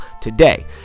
today